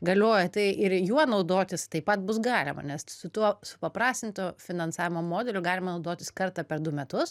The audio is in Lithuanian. galioja tai ir juo naudotis taip pat bus galima nes su tuo supaprastinto finansavimo modeliu galima naudotis kartą per du metus